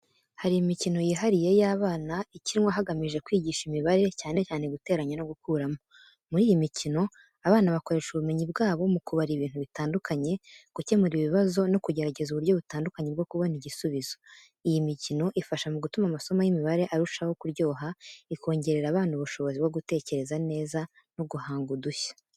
Hari imikino yihariye y’abana ikinwa hagamijwe kwigisha imibare, cyane cyane guteranya no gukuramo. Muri iyi mikino, abana bakoresha ubumenyi bwabo mu kubara ibintu bitandukanye, gukemura ibibazo no kugerageza uburyo butandukanye bwo kubona igisubizo. Iyi mikino ifasha mu gutuma amasomo y’imibare arushaho kuryoha, ikongerera abana ubushobozi bwo gutekereza neza no guhanga udushya.